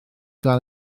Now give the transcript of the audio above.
gael